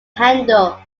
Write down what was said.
handle